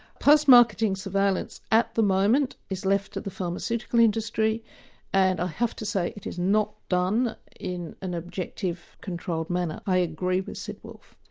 post marketing surveillance at the moment is left to the pharmaceutical industry and i have to say it is not done in an objective controlled manner. i agree with sid wolfe.